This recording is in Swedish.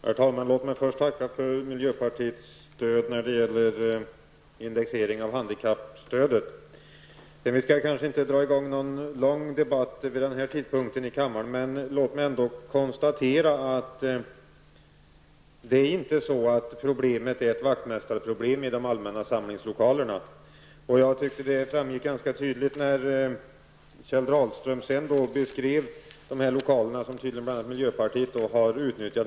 Herr talman! Låt mig först tacka för miljöpartiets stöd när det gäller indexering av handikappstödet. Vi skall kanske inte dra i gång någon lång debatt i kammaren vid denna tidpunkt. Låt mig ändå konstatera att problemet med de allmänna samlingslokalerna inte är ett vaktmästarproblem. Jag tyckte att det framgick ganska tydligt när Kjell Dahlström beskrev de lokaler som tydligen bl.a. miljöpartiet har utnyttjat.